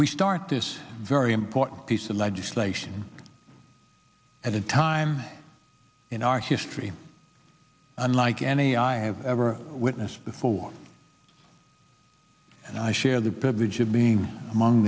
we start this very important piece of legislation at a time in our history unlike any i have ever witnessed before and i share the privilege of being among